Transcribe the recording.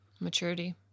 maturity